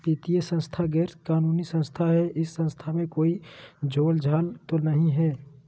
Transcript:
वित्तीय संस्था गैर कानूनी संस्था है इस संस्था में कोई झोलझाल तो नहीं है?